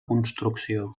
construcció